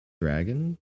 dragon